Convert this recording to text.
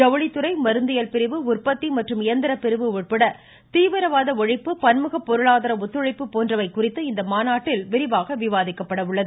ஜவுளித்துறை மருந்தியல் பிரிவு உற்பத்தி மற்றும் இயந்திர பிரிவு உட்பட தீவிரவாத ஒழிப்பு பன்முக பொருளாதார ஒத்துழைப்பு போன்றவை குறித்து இம்மாநாட்டில் விரிவாக விவாதிக்கப்பட உள்ளது